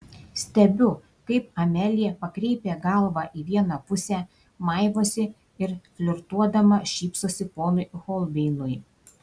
stebiu kaip amelija pakreipia galvą į vieną pusę maivosi ir flirtuodama šypsosi ponui holbeinui